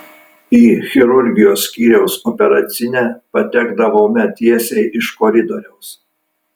į chirurgijos skyriaus operacinę patekdavome tiesiai iš koridoriaus